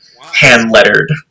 hand-lettered